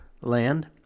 land